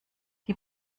die